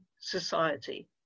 society